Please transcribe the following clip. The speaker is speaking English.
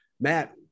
Matt